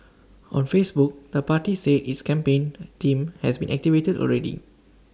on Facebook the party said its campaign team has been activated already